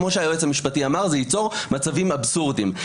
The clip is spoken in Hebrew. כמו שהיועץ המשפטי אמר, זה ייצור מצבים אבסורדים.